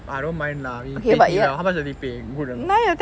I don't mind lah I mean how much will they pay good or not